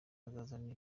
bazazana